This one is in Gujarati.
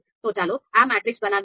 તો ચાલો આ મેટ્રિક્સ બનાવીએ